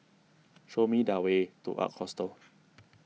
show me the way to Ark Hostel